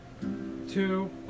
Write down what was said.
two